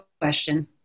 question